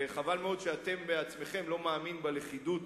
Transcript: וחבל מאוד שאתם עצמכם לא מאמינים בלכידות